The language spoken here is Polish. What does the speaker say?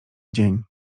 dzień